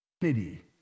unity